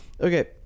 Okay